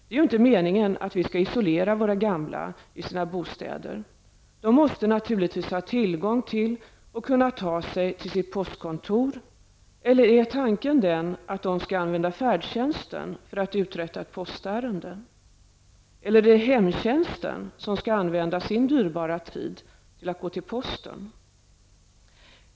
Det är ju inte meningen att vi skall isolera våra gamla i deras bostäder. De måste naturligtvis ha tillgång till sitt postkontor och kunna ta sig dit. Eller är tanken den att de skall använda färdtjänsten för att uträtta ett postärende? Eller är det hemtjänsten som skall använda sin dyrbara tid till att gå till posten?